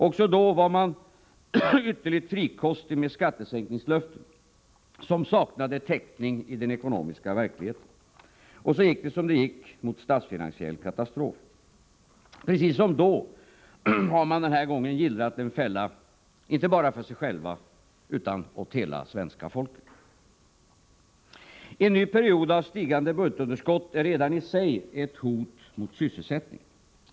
Också då var man ytterligt frikostig med skattesänkningslöften som saknade täckning i den ekonomiska verkligheten, och så gick det som det gick mot statsfinansiell katastrof. Precis som då har man den här gången gillrat en fälla inte bara åt sig själv utan åt hela svenska folket. En ny period av stigande budgetunderskott är redan i sig ett hot mot sysselsättningen.